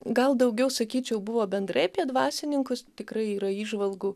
gal daugiau sakyčiau buvo bendrai apie dvasininkus tikrai yra įžvalgų